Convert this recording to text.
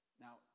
Now